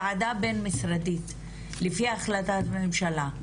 ועדה בין-משרדית לפני החלטת ממשלה,